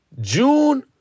June